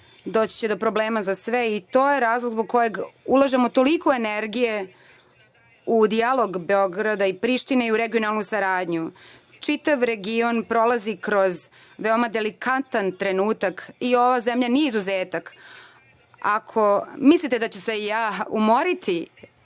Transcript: Doći će do problema za sve i to je razlog zbog kojeg ulažemo toliko energije u dijalog Beograda i Prištine i u regionalnu saradnju. Čitav region prolazi kroz veoma delikatan trenutak. Ova zemlja nije izuzetak. Ako mislite da ću se ja umoriti,